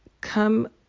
come